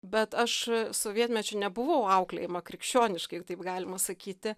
bet aš sovietmečiu nebuvau auklėjama krikščioniškai jeigu taip galima sakyti